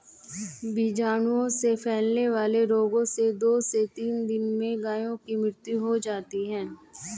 बीजाणु से फैलने वाले रोगों से दो से तीन दिन में गायों की मृत्यु हो जाती है